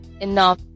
Enough